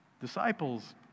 Disciples